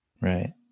Right